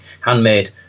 Handmade